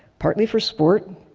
partly for sport,